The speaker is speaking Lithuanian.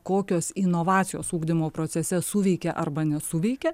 kokios inovacijos ugdymo procese suveikia arba nesuveikia